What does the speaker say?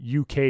UK